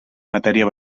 matèria